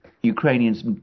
Ukrainians